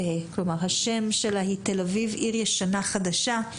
השם שלה היא "תל אביב-עיר ישנה חדשה".